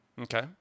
Okay